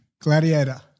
Gladiator